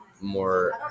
more